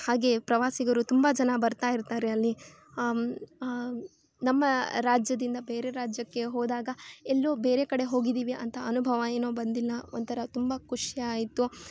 ಹಾಗೆಯೇ ಪ್ರವಾಸಿಗರು ತುಂಬ ಜನ ಬರ್ತಾ ಇರ್ತಾರೆ ಅಲ್ಲಿ ನಮ್ಮ ರಾಜ್ಯದಿಂದ ಬೇರೆ ರಾಜ್ಯಕ್ಕೆ ಹೋದಾಗ ಎಲ್ಲೋ ಬೇರೆ ಕಡೆ ಹೋಗಿದ್ದೀವಿ ಅಂತ ಅನುಭವ ಏನೋ ಬಂದಿಲ್ಲ ಒಂಥರ ತುಂಬ ಖುಷಿ ಆಯಿತು